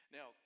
Now